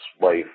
wife